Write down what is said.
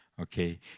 Okay